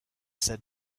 said